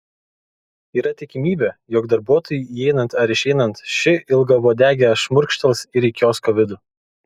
yra tikimybė jog darbuotojui įeinant ar išeinant ši ilgauodegė šmurkštels ir į kiosko vidų